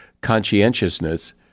conscientiousness